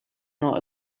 not